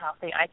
healthy